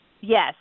Yes